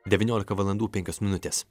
devyniolika valandų penkios minutės